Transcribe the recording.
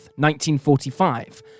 1945